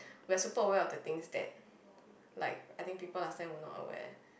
we are super aware of the things that like I think people last time were not aware